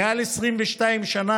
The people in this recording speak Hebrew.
מעל 22 שנה.